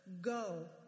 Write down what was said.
go